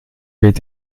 weht